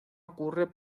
ocurre